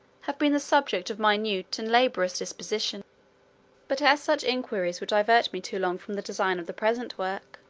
have been the subject of minute and laborious disposition but as such inquiries would divert me too long from the design of the present work,